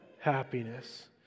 happiness